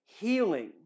healing